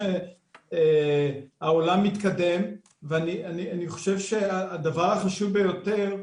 העולם מתקדם ואני חושב שהדבר החשוב ביותר,